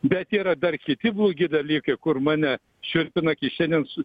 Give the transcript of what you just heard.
bet yra dar kiti blogi dalykai kur mane šiurpina kai šiandien